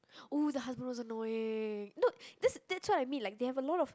!woo! the husband was annoying no just that's what I mean they have a lot of